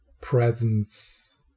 presence